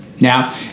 Now